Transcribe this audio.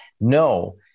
No